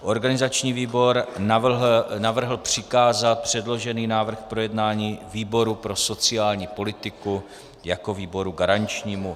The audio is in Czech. Organizační výbor navrhl přikázat předložený návrh k projednání výboru pro sociální politiku jako výboru garančnímu.